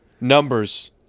numbers